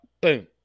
boom